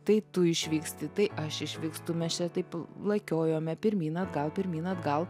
tai tu išvyksti tai aš išvykstu mes čia taip lakiojome pirmyn atgal pirmyn atgal